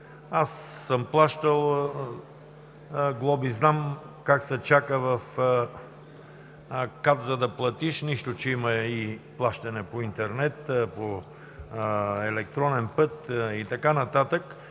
Аз съм плащал глоби, знам как се чака в КАТ, за да платиш – нищо, че има и плащане по интернет, по електронен път и така нататък.